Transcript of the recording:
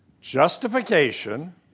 Justification